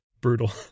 Brutal